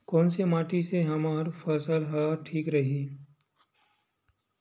कोन से माटी से हमर फसल ह ठीक रही?